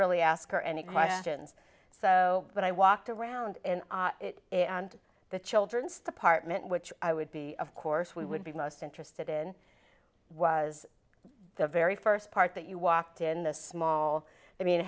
really ask her any questions so when i walked around in it and the children's department which i would be of course we would be most interested in was the very first part that you walked in the small i mean i